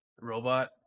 robot